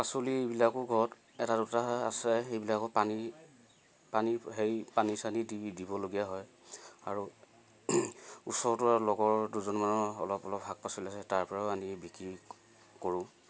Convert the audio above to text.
শাক পাচলি এইবিলাকো ঘৰত এটা দুটা আছে সেইবিলাকো পানী পানী সেই পানী চানী দি দিবলগীয়া হয় আৰু ওচৰটো লগৰ দুজনমানৰ অলপ অলপ শাক পাচলি আছে তাৰ পৰাও আনি বিক্ৰী কৰোঁ